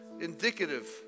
indicative